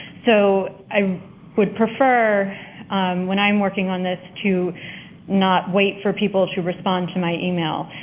so i would prefer when i'm working on this to not wait for people to respond to my email.